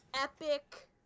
epic